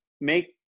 make